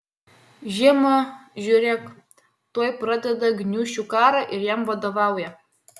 žiemą žiūrėk tuoj pradeda gniūžčių karą ir jam vadovauja